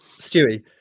stewie